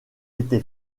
été